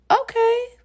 okay